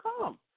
come